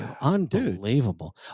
unbelievable